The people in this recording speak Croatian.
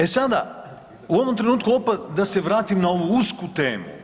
E sada, u ovom trenutku opet da se vratim na ovu usku temu.